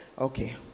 Okay